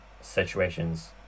situations